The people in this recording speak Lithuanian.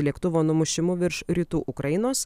lėktuvo numušimu virš rytų ukrainos